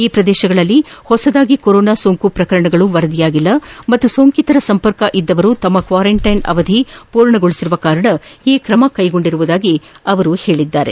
ಈ ಪ್ರದೇಶಗಳಲ್ಲಿ ಹೊಸದಾಗಿ ಕೊರೊನಾ ಸೋಂಕು ಪ್ರಕರಣಗಳು ವರದಿಯಾಗಿಲ್ಲ ಮತ್ತು ಸೋಂಕಿತರ ಸಂಪರ್ಕ ಇದ್ದವರು ತಮ್ಮ ಕ್ವಾರಂಟೈನ್ ಅವಧಿ ಪೂರ್ಣಗೊಳಿಸಿರುವ ಕಾರಣ ಈ ಕ್ರಮ ಕೈಗೊಂಡಿರುವುದಾಗಿ ಅವರು ತಿಳಿಸಿದ್ದಾರೆ